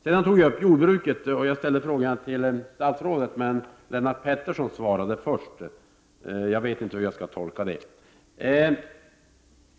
Sedan tog jag upp jordbruket och ställde frågan till statsrådet, men Lennart Pettersson svarade först — jag vet inte hur jag skall tolka det.